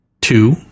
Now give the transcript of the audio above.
two